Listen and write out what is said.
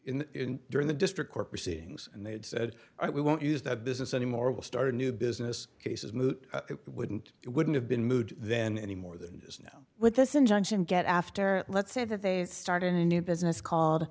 this during the district court proceedings and they'd said we won't use that business anymore we'll start a new business case is moot wouldn't it wouldn't have been moved then any more than it is now with this injunction get after let's say that they started a new business called